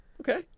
Okay